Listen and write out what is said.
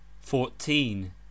fourteen